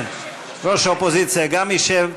ראש האופוזיציה גם ישב.